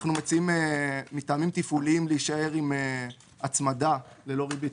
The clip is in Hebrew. אנחנו מציעים מטעמים תפעוליים להישאר עם הצמדה ללא ריבית.